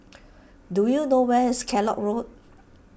do you know where is Kellock Road